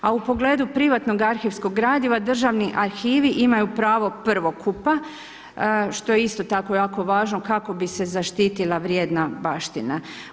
A u pogledu privatnog arhivskog gradiva Državni arhivi imaju pravo prvokupa što je isto tako jako važno kako bi se zaštitila vrijedna baština.